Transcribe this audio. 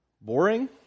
Boring